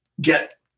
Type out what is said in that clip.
get